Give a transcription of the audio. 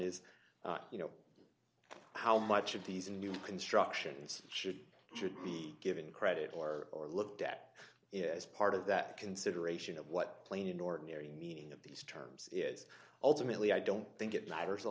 is you know how much of these new constructions should or should be given credit or or looked at is part of that consideration of what plain ordinary meaning of these terms is ultimately i don't think it matters a